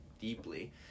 deeply